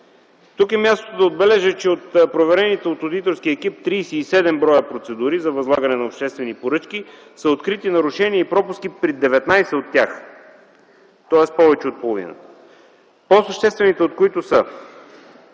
Тук е мястото да отбележа, че от проверените от одиторския екип 37 бр. процедури за възлагане на обществени поръчки са открити нарушения и пропуски при 19 от тях, тоест при повече от половината. А по-съществените от тях са: